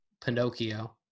Pinocchio